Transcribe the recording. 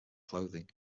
clothing